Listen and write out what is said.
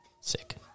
Sick